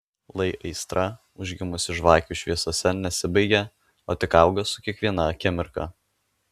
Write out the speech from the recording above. lai aistra užgimusi žvakių šviesose nesibaigia o tik auga su kiekviena akimirka